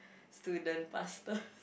student pastor